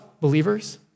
believers